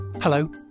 Hello